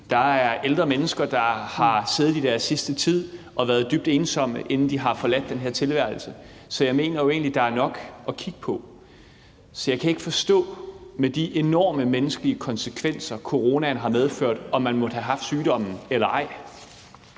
Der er ældre mennesker, der har siddet deres sidste tid og været dybt ensomme, inden de har forladt den her tilværelse. Så jeg mener jo egentlig, at der er nok at kigge på. Jeg kan ikke forstå med de enorme menneskelige konsekvenser, coronaen har medført, om man måtte have haft sygdommen eller ej,